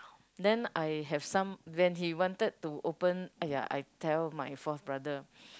then I have some when he wanted to open !aiya! I tell my fourth brother